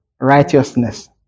righteousness